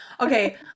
Okay